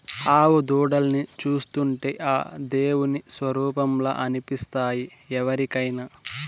ఆవు దూడల్ని చూస్తుంటే ఆ దేవుని స్వరుపంలా అనిపిస్తాయి ఎవరికైనా